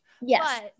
Yes